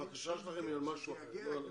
הבקשה שלכם היא על משהו אחר, לא על הנצחה.